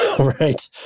right